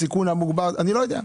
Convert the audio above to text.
הסיכון המוגבר לא יודע.